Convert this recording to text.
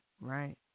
right